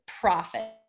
profit